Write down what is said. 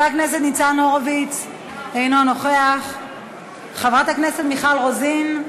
אינו נוכח, חברת הכנסת מיכל רוזין,